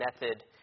method